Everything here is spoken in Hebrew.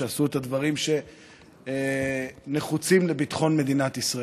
שעשו את הדברים שנחוצים לביטחון מדינת ישראל.